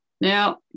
Now